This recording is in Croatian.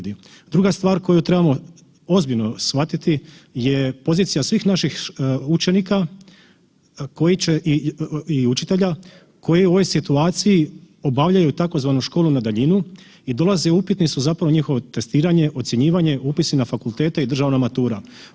Druga stvar koju trebamo ozbiljno shvatiti je pozicija svih naših učenika koji će i učitelja, koji u ovoj situaciji obavljaju tzv. Školu na daljinu i dolaze, upitni su zapravo njihovo testiranje, ocjenjivanje, upisi na fakultete i državna matura.